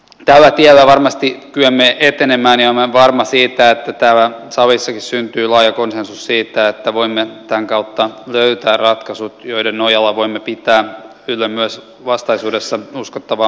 tällä tiellä varmasti kykenemme etenemään ja olen varma siitä että täällä salissakin syntyy laaja konsensus siitä että voimme tämän kautta löytää ratkaisut joiden nojalla voimme pitää yllä myös vastaisuudessa uskottavaa maanpuolustusta